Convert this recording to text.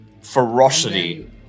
ferocity